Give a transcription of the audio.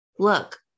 look